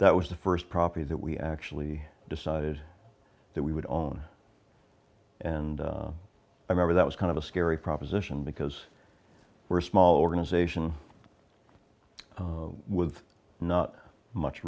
that was the first property that we actually decided that we would on and i remember that was kind of a scary proposition because we're a small organization with not much